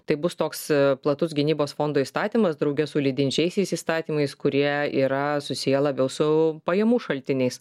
tai bus toks platus gynybos fondo įstatymas drauge su lydinčiaisiais įstatymais kurie yra susiję labiau su pajamų šaltiniais